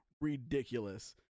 ridiculous